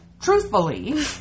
truthfully